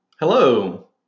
Hello